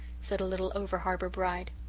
said a little over-harbour bride.